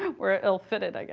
were ill fitted, i guess.